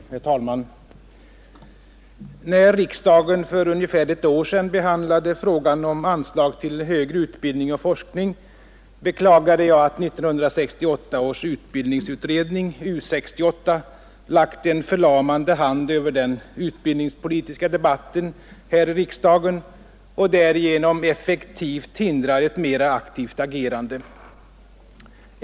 Herr talman! När riksdagen för ungefär ett år sedan behandlade frågan om anslag till högre utbildning och forskning, beklagade jag att 1968 års utbildningsutredning, U 68, lagt en förlamande hand över den utbildningspolitiska debatten i riksdagen och därigenom effektivt hindrar ett mera aktivt agerande.